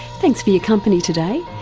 thanks for your company today,